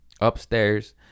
upstairs